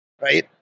right